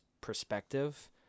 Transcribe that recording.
perspective